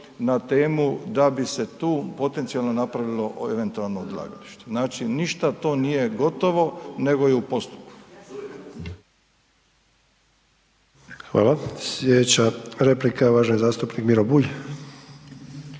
na temu da bi se tu potencijalno napravilo eventualno odlagalište. Znači ništa to nije gotovo nego je u postupku. **Sanader, Ante (HDZ)** Hvala. Slijedeća replika je uvaženi zastupnik Miro Bulj.